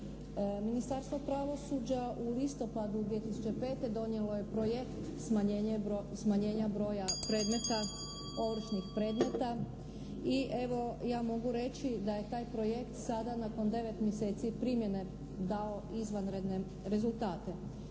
Ministarstvo pravosuđa u listopadu 2005. donijelo je projekt smanjenja broja predmeta, ovršnih predmeta i evo ja mogu reći da je taj projekt sada nakon 9 mjeseci primjene dao izvanredne rezultate.